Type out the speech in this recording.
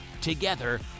together